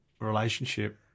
relationship